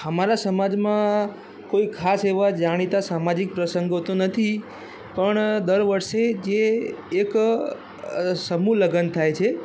હમારા સમાજમાં કોઈ ખાસ એવા જાણીતા સામાજિક પ્રસંગો તો નથી પણ દર વર્ષે જે એક સમૂહ લગ્ન થાય છે